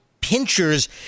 pinchers